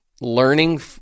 learning